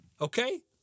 okay